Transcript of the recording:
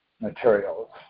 materials